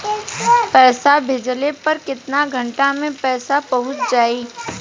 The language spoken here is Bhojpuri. पैसा भेजला पर केतना घंटा मे पैसा चहुंप जाई?